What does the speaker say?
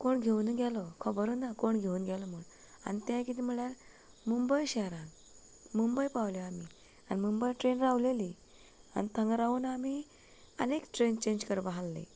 कोण घेवन गेलो खबरूय ना कोण घेवन गेलो म्हण आनी ते किदें म्हणल्यार मुंबय शहरांत मुंबय पावले आमी आनी मुंबय ट्रेन रावलेली आनी थंय रावन आमी आनी एक ट्रेन चेंज करपा आसली